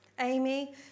Amy